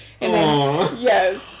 Yes